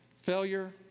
failure